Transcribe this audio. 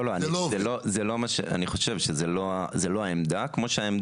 לא, לא זאת העמדה שלנו.